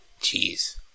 jeez